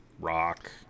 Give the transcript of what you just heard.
rock